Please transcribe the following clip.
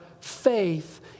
faith